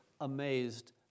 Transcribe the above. amazed